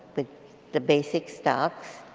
the the basic stocks.